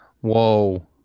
whoa